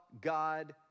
God